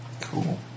Cool